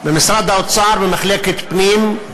במשרד האוצר, במחלקת פנים,